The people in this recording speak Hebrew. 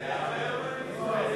יש לך שש דקות.